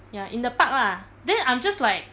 ya in the park lah then I'm just like